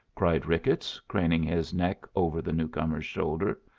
cried ricketts, craning his neck over the newcomer's shoulder.